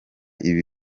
ibi